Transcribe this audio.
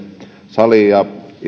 saliin ja